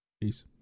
Peace